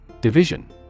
Division